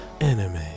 Anime